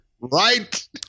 Right